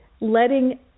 letting